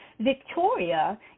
Victoria